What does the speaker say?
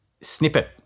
snippet